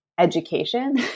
Education